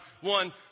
one